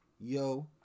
yo